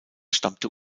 stammte